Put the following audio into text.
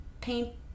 paint